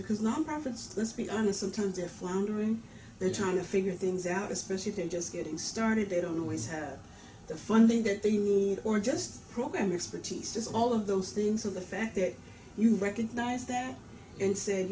because nonprofits this be on a sometimes they're floundering they're trying to figure things out especially they're just getting started they don't always have the funding that they use or just program expertise does all of those things are the fact that you recognize that and said